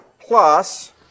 plus